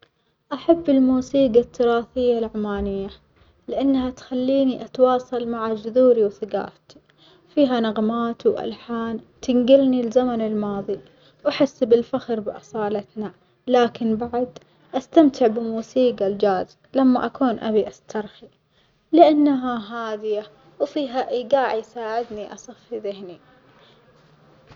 أحب الموسيجى التراثية العمانية لأنها تخليني أتواصل مع جذوري وثجافتي، فيها نغمات وألحان تنجلني الزمن الماضي وأحس بالفخر بأصالتنا لكن بعد أستمتع بموسيجى الجاز لما أكون أبي أسترخي لأنها هادية وفيها إيجاع يساعدني أصفي ذهني.